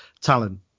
talent